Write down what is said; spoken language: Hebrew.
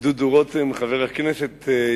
וחבר הכנסת דודו רותם,